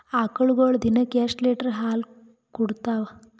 ಆಕಳುಗೊಳು ದಿನಕ್ಕ ಎಷ್ಟ ಲೀಟರ್ ಹಾಲ ಕುಡತಾವ?